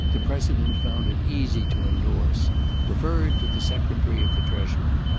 the president found it easy to endorse referred to the secretary of the treasury.